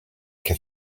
che